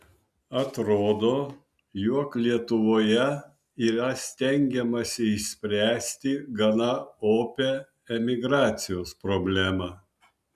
atrodo jog lietuvoje yra stengiamasi išspręsti gana opią emigracijos problemą